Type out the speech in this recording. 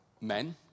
men